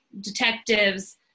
detectives